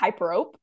hyperope